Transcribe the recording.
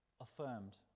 affirmed